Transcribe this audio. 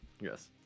Yes